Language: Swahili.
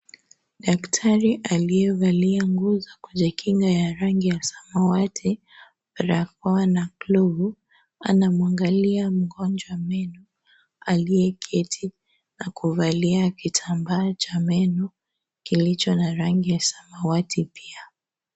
Daktari aliyevalia nguo za kujikinga za rangi ya samawati , barakoa na glovu anamwangalia mgonjwa meno aliyeketi na kuvalia kitambaa cha meno kilicho na rangi ya samawati pia.